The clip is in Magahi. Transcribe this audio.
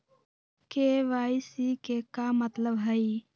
के.वाई.सी के का मतलब हई?